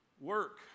Work